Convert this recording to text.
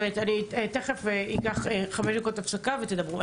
תכף ניקח חמש דקות הפסקה ותדברו,